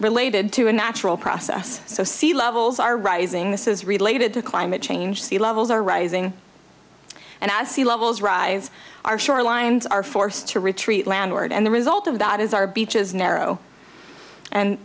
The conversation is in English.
related to a natural process so sea levels are rising this is related to climate change sea levels are rising and as sea levels rise our shorelines are forced to retreat landward and the result of that is our beaches narrow and